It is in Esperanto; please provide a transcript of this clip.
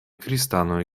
kristanoj